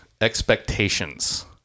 expectations